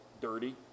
dirty